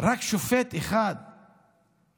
רק שופט אחד יפסול